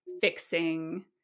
fixing